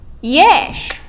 yes